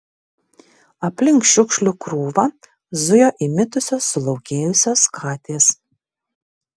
aplink šiukšlių krūvą zujo įmitusios sulaukėjusios katės